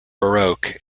baroque